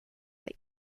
for